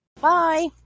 bye